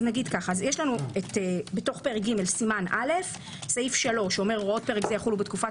יש בתוך פרק ג' סימן א' סעיף 3 שאומר: הוראות פרק זה יחולו בתקופת